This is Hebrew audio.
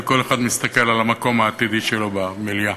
וכל אחד מסתכל על המקום העתידי שלו במליאה.